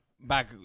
back